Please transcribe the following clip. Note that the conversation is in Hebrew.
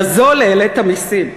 כי על הזול העלית מסים,